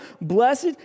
blessed